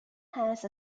has